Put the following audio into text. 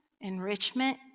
enrichment